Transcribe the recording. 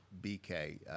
BK